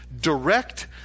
direct